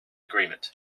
agreement